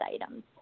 items